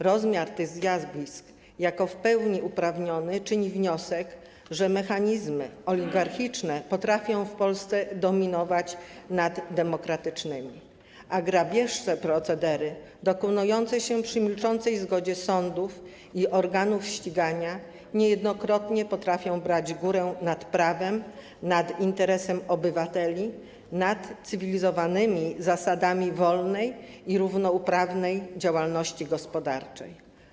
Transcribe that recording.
Rozmiar tych zjawisk jako w pełni uprawniony czyni wniosek, że mechanizmy oligarchiczne potrafią w Polsce dominować nad demokratycznymi, a grabieżcze procedery, dokonujące się przy milczącej zgodzie sądów i organów ścigania, niejednokrotnie potrafią brać górę nad prawem, nad interesem obywateli, nad cywilizowanymi zasadami wolnej i równoprawnej działalności gospodarczej.